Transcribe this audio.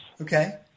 Okay